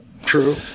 True